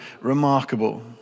remarkable